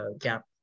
gap